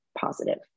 positive